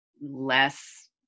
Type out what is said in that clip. less